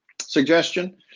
suggestion